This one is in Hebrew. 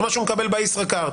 שהוא מקבל בישראכרט,